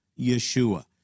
Yeshua